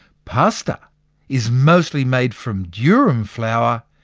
pasta is mostly made from durum flour,